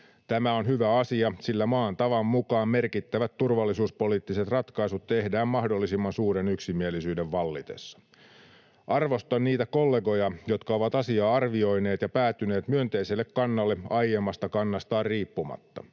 Tämä on hyvä asia, sillä maan tavan mukaan merkittävät turvallisuuspoliittiset ratkaisut tehdään mahdollisimman suuren yksimielisyyden vallitessa. Arvostan niitä kollegoja, jotka ovat asiaa arvioineet ja päätyneet myönteiselle kannalle aiemmasta kannastaan riippumatta.